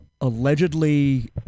allegedly